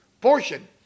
portion